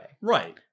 Right